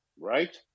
right